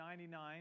99